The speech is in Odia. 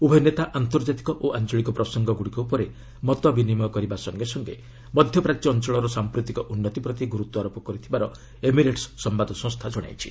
ଉଭୟ ନେତା ଅନ୍ତର୍ଜାତୀୟ ଓ ଆଞ୍ଚଳିକ ପ୍ରସଙ୍ଗଗୁଡ଼ିକ ଉପରେ ମତବିନିମୟ କରିବା ସଙ୍ଗେ ସଙ୍ଗେ ମଧ୍ୟପ୍ରାଚ୍ୟ ଅଞ୍ଚଳର ସାଂପ୍ରତିକ ଉନ୍ନତି ପ୍ରତି ଗୁରୁତ୍ୱାରୋପ କରିଥିବାର ଏମିରେଟ୍ୱ ସମ୍ବାଦ ସଂସ୍ଥା ଜଣାଇଛି